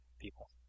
people